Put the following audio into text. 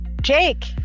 Jake